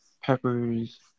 Peppers